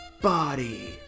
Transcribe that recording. body